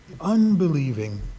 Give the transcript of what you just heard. unbelieving